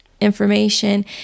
Information